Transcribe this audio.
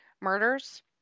murders